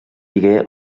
digué